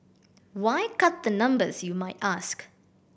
why cut the numbers you might ask